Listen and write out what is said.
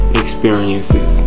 experiences